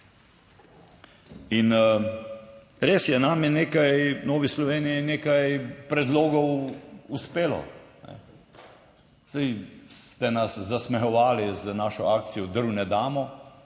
In res je, nam je nekaj v Novi Sloveniji, nekaj predlogov uspelo. Saj ste nas zasmehovali z našo akcijo "Drv ne damo",